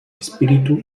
espíritu